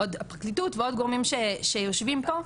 והפרקליטות ועוד גורמים שיושבים פה.